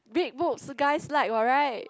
big boobs guys like what right